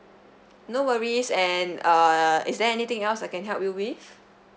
no worries and err is there anything else I can help you with